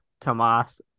Tomas